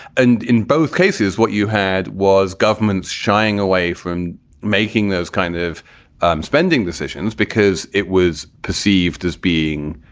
and in both cases, what you had was governments shying away from making those kind of um spending decisions because it was perceived as being,